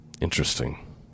Interesting